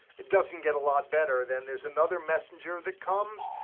it doesn't get a lot better. then there's another messenger that comes,